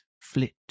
flit